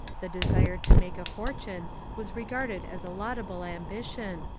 the desire to make a fortune was regarded as a laudable ambition,